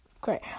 great